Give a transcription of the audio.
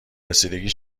رسیدگی